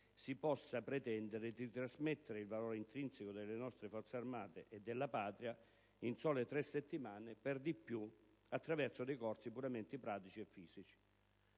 si possa pretendere di trasmettere il valore intrinseco delle nostre Forze armate e della Patria in sole tre settimane, per di più attraverso dei corsi puramente pratici e fisici.